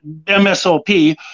MSOP